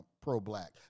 pro-black